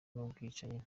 n’ubwicanyi